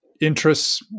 interests